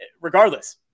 Regardless